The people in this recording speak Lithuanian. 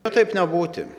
o taip nebūti